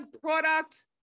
product